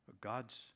God's